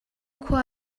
khua